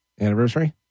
anniversary